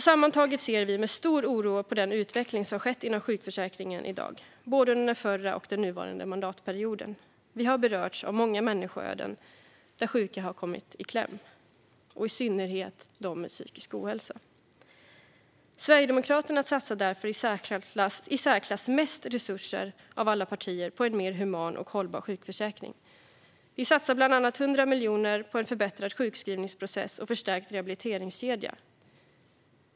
Sammantaget ser vi med stor oro på den utveckling som skett inom sjukförsäkringen både under den förra och under den nuvarande mandatperioden. Vi har berörts av många människoöden där sjuka har kommit i kläm, i synnerhet sådana med psykisk ohälsa. Sverigedemokraterna satsar därför i särklass mest resurser av alla partier på en mer human och hållbar sjukförsäkring. Vi satsar bland annat 100 miljoner på en förbättrad sjukskrivningsprocess och en förstärkt rehabiliteringskedja.